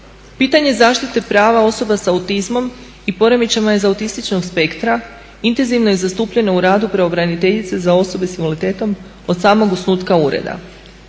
Pitanje zaštite prava osoba sa autizmom i poremećajima iz autističnog spektra intenzivno je zastupljeno u radu pravobraniteljice za osobe sa invaliditetom od samog osnutka ureda.